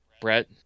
Brett